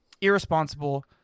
irresponsible